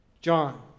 John